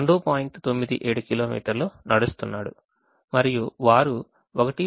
97 కిలోమీటర్లు నడుస్తున్నాడు మరియు వారు 1